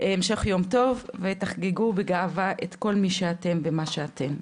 המשך יום טוב ותחגגו בגאווה את כל מי שאתם ומה שאתן.